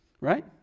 Right